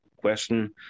question